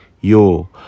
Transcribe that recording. Yo